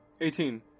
Eighteen